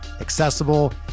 accessible